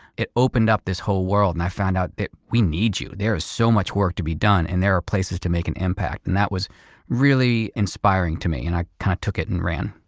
it opened up this whole world and i found out that we need you. there is so much work to be done and there are places to make an impact. and that was really inspiring to me and i kind of took it and ran.